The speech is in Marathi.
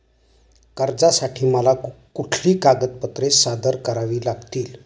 कर्जासाठी मला कुठली कागदपत्रे सादर करावी लागतील?